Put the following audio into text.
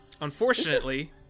Unfortunately